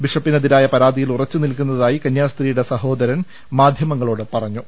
ബിഷപ്പിനെതിരായ പരാതിയിൽ ഉറച്ച് നിൽക്കുന്നതായി കന്യാസ്ത്രീയുടെ സഹോ്ദരൻ മാധ്യമങ്ങളോട് പറഞ്ഞു